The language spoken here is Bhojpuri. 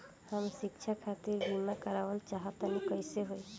हम शिक्षा खातिर बीमा करावल चाहऽ तनि कइसे होई?